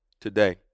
today